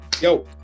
Yo